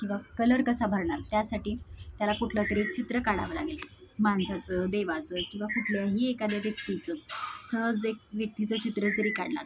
किंवा कलर कसा भरणार त्यासाठी त्याला कुठलं तरी चित्र काढावं लागेल माणसाचं देवाचं किंवा कुठल्याही एखाद्या व्यक्तीचं सहज एक व्यक्तीचं चित्र जरी काढला